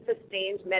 sustained